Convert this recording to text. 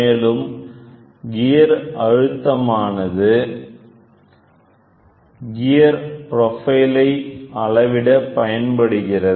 மேலும் கியர் அழுத்தமானது கியர் ப்ரோபைலை அளவிட பயன்படுகிறது